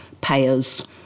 payers